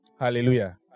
Hallelujah